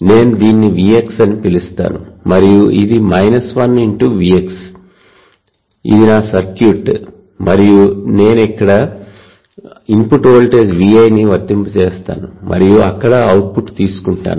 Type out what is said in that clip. నేను దీనిని V x అని పిలుస్తాను మరియు ఇది 1 × V x ఇది నా సర్క్యూట్ మరియు నేను ఇక్కడ ఇన్పుట్ వోల్టేజ్ Vi ని వర్తింపజేస్తాను మరియు అక్కడ అవుట్పుట్ తీసుకుంటాను